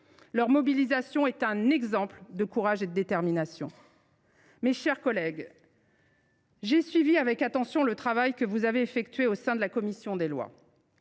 Leur mobilisation est un exemple de courage et de détermination. Mes chers collègues, j’ai suivi avec attention le travail que vous avez effectué au sein de la commission des lois.